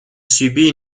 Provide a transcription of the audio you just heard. subi